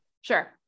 Sure